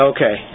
Okay